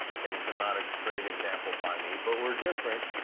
ok, so not a great example by me. but we're different.